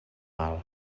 val